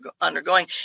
undergoing